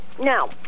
Now